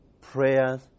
prayers